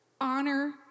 Honor